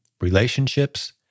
Relationships